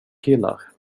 killar